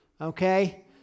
Okay